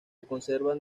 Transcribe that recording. conservan